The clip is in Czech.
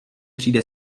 přijde